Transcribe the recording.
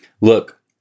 look